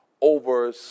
over